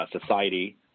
Society –